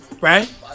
Right